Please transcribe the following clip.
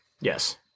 Yes